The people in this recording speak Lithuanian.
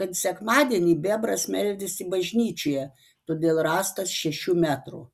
kad sekmadienį bebras meldėsi bažnyčioje todėl rąstas šešių metrų